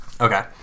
okay